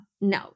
no